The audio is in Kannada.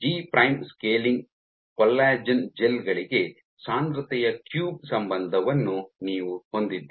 G prime scaling collagen gel ಗಳಿಗೆ ಸಾಂದ್ರತೆಯ ಕ್ಯೂಬ್ ಸಂಬಂಧವನ್ನು ನೀವು ಹೊಂದಿದ್ದೀರಿ